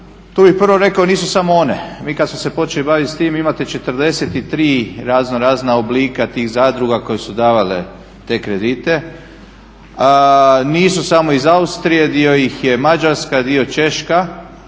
tu bih prvo rekao nisu samo one. Mi kada smo se počeli baviti s time, imate 43 razno razna oblika tih zadruga koje su davale te kredite. Nisu samo iz Austrije, dio ih je Mađarska, dio Češka.